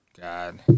God